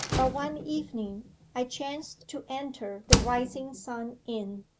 but one evening i chanced to enter the rising sun inn.